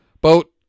Boat